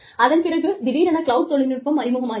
அதன் பிறகு திடீரென கிளவுட் தொழில்நுட்பம் அறிமுகமாகியது